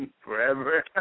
forever